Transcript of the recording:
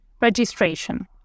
registration